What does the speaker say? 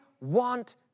want